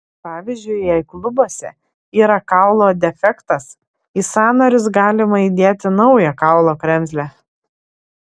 pavyzdžiui jei klubuose yra kaulo defektas į sąnarius galima įdėti naują kaulų kremzlę